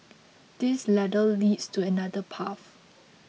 this ladder leads to another path